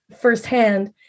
firsthand